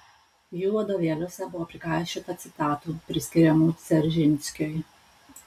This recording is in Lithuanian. jų vadovėliuose buvo prikaišiota citatų priskiriamų dzeržinskiui